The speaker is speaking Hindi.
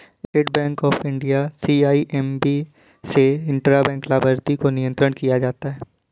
state Bank of India CIMB से इंट्रा बैंक लाभार्थी को नियंत्रण किया जाता है